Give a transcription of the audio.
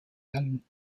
allen